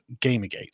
Gamergate